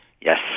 Yes